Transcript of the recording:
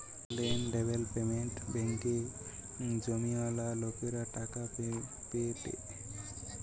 land development ব্যাঙ্কে জমিওয়ালা লোকরা টাকা পায়েটে